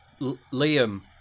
Liam